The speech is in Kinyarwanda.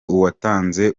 uwatanze